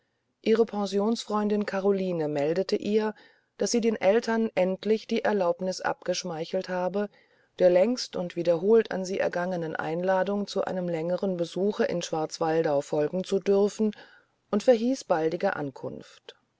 ihre pensionsfreundin caroline meldete ihr daß sie den eltern endlich die erlaubniß abgeschmeichelt habe der längst und wiederholt an sie ergangenen einladung zu einem längeren besuche in schwarzwaldau folgen zu dürfen und verhieß baldige ankunft